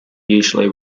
usually